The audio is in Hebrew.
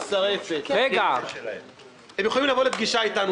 הם יכולים לבוא לפגישה איתנו.